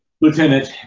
lieutenant